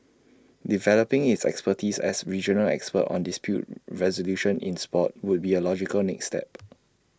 developing its expertise as regional expert on dispute resolution in Sport would be A logical next step